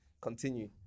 continue